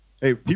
hey